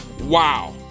Wow